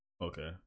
okay